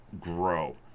grow